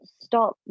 stop